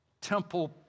temple